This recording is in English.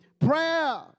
Prayer